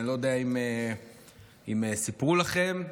אני לא יודע אם סיפרו לכם,